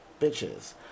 bitches